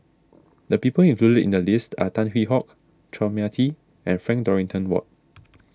the people included in the list are Tan Hwee Hock Chua Mia Tee and Frank Dorrington Ward